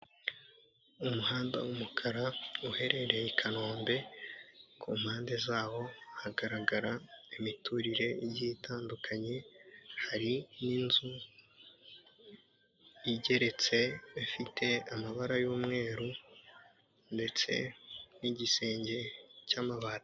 Umuhanda w'umukara uherereye i Kanombe, ku mpande zaho hagaragara imiturire igiye itandukanye, hari n'inzu igeretse ifite amabara y'umweru ndetse n'igisenge cy'amabati.